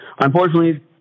unfortunately